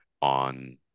on